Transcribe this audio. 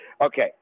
Okay